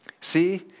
See